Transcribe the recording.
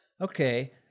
Okay